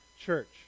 church